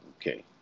Okay